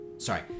Sorry